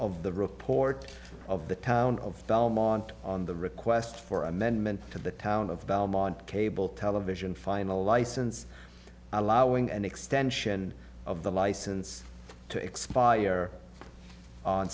of the report of the town of belmont on the request for amendment to the town of belmont cable television final license allowing an extension of the license to expire on